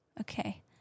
Okay